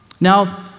Now